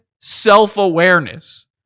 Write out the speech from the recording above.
self-awareness